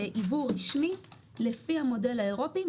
זה יבוא רשמי לפי המודל האירופי,